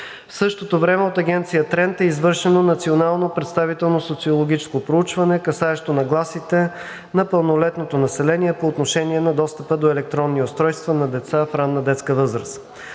В същото време от Агенция „Тренд“ е извършено националнопредставително социологическо проучване, касаещо нагласите на пълнолетното население по отношение на достъпа до електронни устройства на деца в ранна детска възраст.